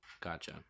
Gotcha